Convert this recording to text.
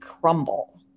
crumble